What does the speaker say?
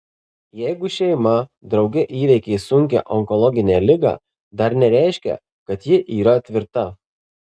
jeigu šeima drauge įveikė sunkią onkologinę ligą dar nereiškia kad ji yra tvirta